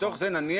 מתוך זה נניח,